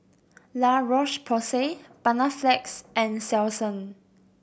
La Roche Porsay Panaflex and Selsun